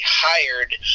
hired